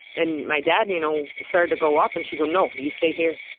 and my dad, you know, started to go up and she'd go, no, you stay here.